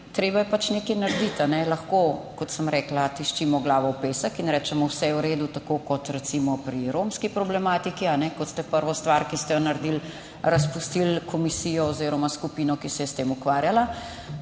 treba je pač nekaj narediti. Lahko, kot sem rekla, tiščimo glavo v pesek in rečemo, vse je v redu, tako kot recimo pri romski problematiki, kot ste prvo stvar, ki ste jo naredili, razpustili komisijo oziroma skupino, ki se je s tem ukvarjala.